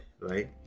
right